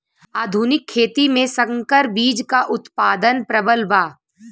आधुनिक खेती में संकर बीज क उतपादन प्रबल बा